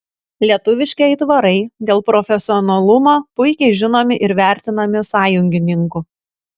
lietuviški aitvarai dėl profesionalumo puikiai žinomi ir vertinami sąjungininkų